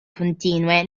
continue